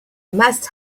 must